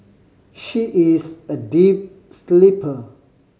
she is a deep sleeper